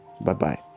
Bye-bye